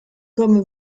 comme